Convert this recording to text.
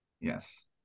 Yes